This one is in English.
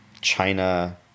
China